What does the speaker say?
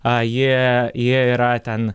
aji ji yra ten